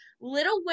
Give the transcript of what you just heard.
little